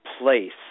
place